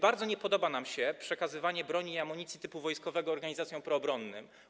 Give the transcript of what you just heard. Bardzo nie podoba nam się przekazywanie broni i amunicji typu wojskowego organizacjom proobronnym.